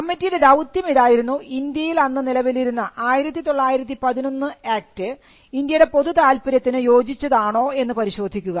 കമ്മറ്റിയുടെ ദൌത്യം ഇതായിരുന്നു ഇന്ത്യയിൽ അന്ന് നിലനിന്നിരുന്ന 1911 ആക്ട് ഇന്ത്യയുടെ പൊതു താത്പര്യത്തിന് യോജിച്ചതാണോ എന്ന് പരിശോധിക്കുക